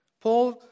Paul